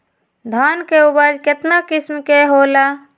धान के उपज केतना किस्म के होला?